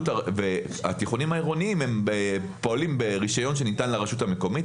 התיכונים העירוניים פועלים ברישיון שניתן לרשות המקומית,